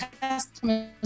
customers